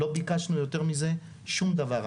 לא ביקשנו יותר מזה שום דבר.